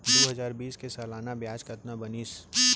दू हजार बीस के सालाना ब्याज कतना बनिस?